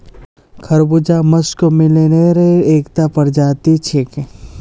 खरबूजा मस्कमेलनेर एकता प्रजाति छिके